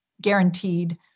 guaranteed